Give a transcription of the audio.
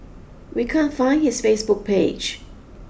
we can't find his Facebook page